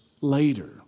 later